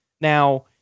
Now